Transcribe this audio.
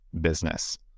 business